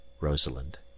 ROSALIND